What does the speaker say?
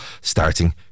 starting